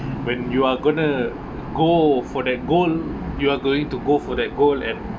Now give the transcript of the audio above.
when you are going to go for that goal you are going to go for that goal and